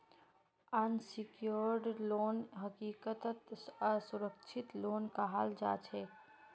unsecured loan हकीकतत असुरक्षित loan कहाल जाछेक